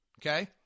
okay